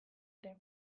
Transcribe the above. ere